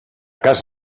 cas